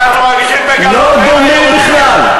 לא דומה בכלל.